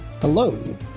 hello